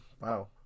Wow